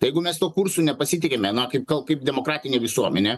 tai jeigu mes tuo kursu nepasitikime na kaip kaip demokratinė visuomenė